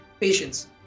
Patience